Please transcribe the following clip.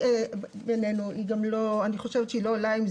גברתי, אין לנו שום כוונה לעשות את